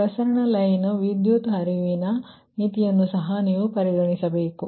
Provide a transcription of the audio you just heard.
ಪ್ರಸರಣ ಲೈನ್ ವಿದ್ಯುತ್ ಹರಿವಿನ ಮಿತಿಯನ್ನು ಸಹ ನೀವು ಪರಿಗಣಿಸಬೇಕು